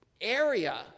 area